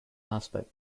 aspect